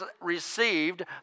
received